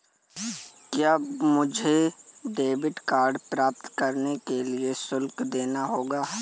क्या मुझे debit card प्राप्त करने के लिए शुल्क देना होगा?